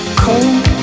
cold